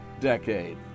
decade